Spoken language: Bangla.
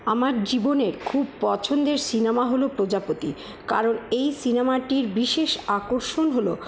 আমার জীবনের খুব পছন্দের সিনেমা হলো প্রজাপতি কারণ এই সিনেমাটির বিশেষ আকর্ষণ হলো